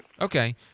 Okay